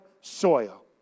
soil